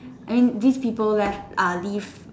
I mean these people left uh this